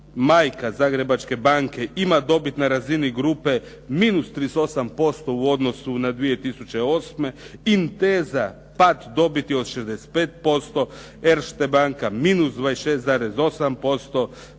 majka Zagrebačke banke, ima dobit na razini grupe -38% u odnosu na 2008., Intesa pad dobiti od 65%, Erste banka -26,8%,